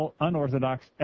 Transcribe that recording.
unorthodox